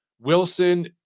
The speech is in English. Wilson